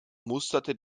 musterte